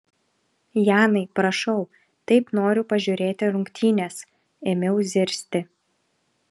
janai prašau taip noriu pažiūrėti rungtynes ėmiau zirzti